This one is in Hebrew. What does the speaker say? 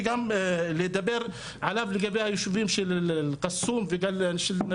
כל הסדרה של התיישבות בדואית זה טוב לכל אזרח